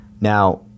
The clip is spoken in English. Now